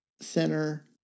center